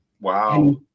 Wow